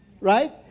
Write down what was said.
right